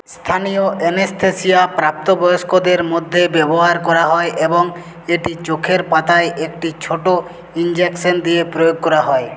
স্থানীয় এনেস্থেশিয়া প্রাপ্তবয়স্কদের মধ্যে ব্যবহার করা হয় এবং এটি চোখের পাতায় একটি ছোট ইনজেকশন দিয়ে প্রয়োগ করা হয়